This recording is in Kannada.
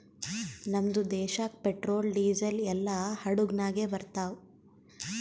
ನಮ್ದು ದೇಶಾಗ್ ಪೆಟ್ರೋಲ್, ಡೀಸೆಲ್ ಎಲ್ಲಾ ಹಡುಗ್ ನಾಗೆ ಬರ್ತಾವ್